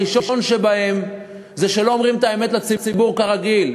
הראשון שבהם זה שלא אומרים את האמת לציבור, כרגיל.